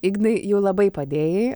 ignai jau labai padėjai